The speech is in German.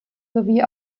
sowie